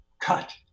cut